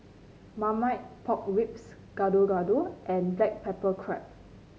Marmite Pork Ribs Gado Gado and Black Pepper Crab